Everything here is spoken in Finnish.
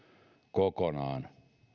kokonaan